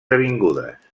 avingudes